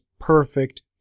perfect